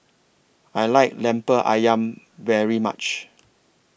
I like Lemper Ayam very much